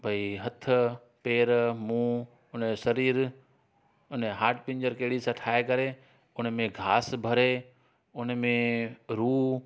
भाई हथु पेर मुंहुं उनजो शरीर उनजो हाट पिंजर कहिड़ी सां ठाहे करे हुनमें घास भरे उनमें रूह